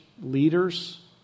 leaders